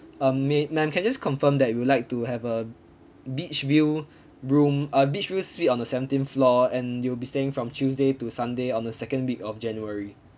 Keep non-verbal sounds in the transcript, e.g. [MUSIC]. um may ma'am can I just confirm that you would like to have a beach view [BREATH] room uh beach view suite on the seventeenth floor and you will be staying from tuesday to sunday on the second week of january